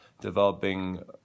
developing